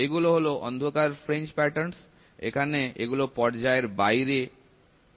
এইগুলো হল অন্ধকার ফ্রিঞ্জ প্যাটার্নস এখানে এগুলো পর্যায়ের বাইরে আছে